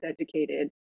educated